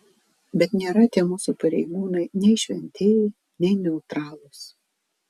bet nėra tie mūsų pareigūnai nei šventieji nei neutralūs